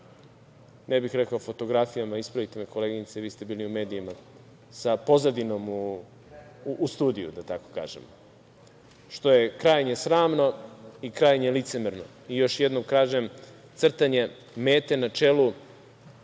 ne bih rekao fotografijama, ispravite me koleginice vi ste bili u medijima, sa pozadinom u studiju da tako kažem, što je krajnje sramno i krajnje licemerno. Još jednom kažem, crtanje mete na čelu